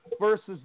Versus